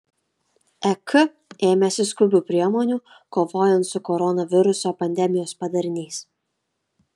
ek ėmėsi skubių priemonių kovojant su koronaviruso pandemijos padariniais